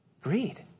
Greed